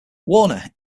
warner